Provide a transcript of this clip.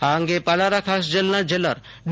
આ અંગે પાલારા ખાસ જેલના જેલર ડી